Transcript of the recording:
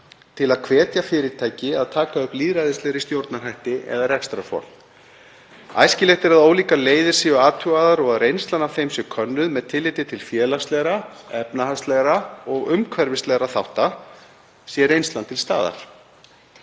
til að hvetja fyrirtæki að taka upp lýðræðislegri stjórnarhætti eða rekstrarform. Æskilegt er eða ólíkar leiðir séu athugaðar og að reynslan af þeim sé könnuð með tilliti til félagslegra, efnahagslegra og umhverfislegra þátta sé reynslan til staðar.